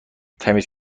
تمیز